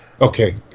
Okay